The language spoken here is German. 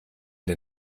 der